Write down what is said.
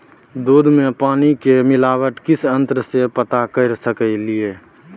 दूध में पानी के मिलावट किस यंत्र से पता कर सकलिए?